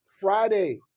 Friday